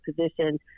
position